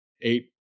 eight